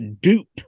Dupe